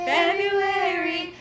February